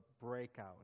breakout